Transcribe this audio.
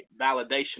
validation